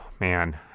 man